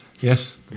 Yes